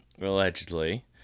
Allegedly